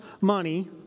money